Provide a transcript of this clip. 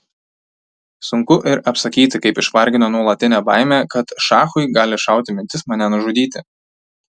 sunku ir apsakyti kaip išvargino nuolatinė baimė kad šachui gali šauti mintis mane nužudyti